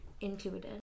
included